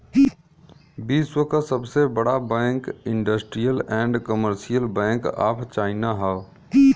विश्व क सबसे बड़ा bank industrial and commercial bank of China हौ